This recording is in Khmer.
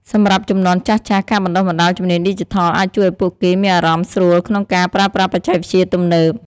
សម្រាប់ជំនាន់ចាស់ៗ ការបណ្តុះបណ្តាលជំនាញឌីជីថលអាចជួយឱ្យពួកគេមានអារម្មណ៍ស្រួលក្នុងការប្រើប្រាស់បច្ចេកវិទ្យាទំនើប។